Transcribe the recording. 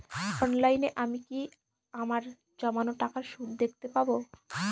অনলাইনে আমি কি আমার জমানো টাকার সুদ দেখতে পবো?